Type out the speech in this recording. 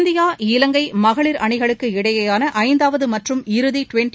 India Ilangai மகளிர் அணிகளுக்கு இடையேயான ஐந்தாவது மற்றும் இறுதி டுவன்டி